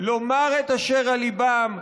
לומר את אשר על ליבם,